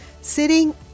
Sitting